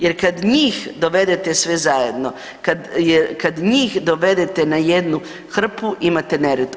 Jer kad njih dovedete sve zajedno, kad njih dovedete na jednu hrpu, imate nered.